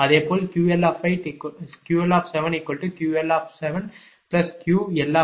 அதேபோல் QQLQLreactive loss of branch 7